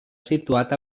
situat